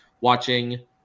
watching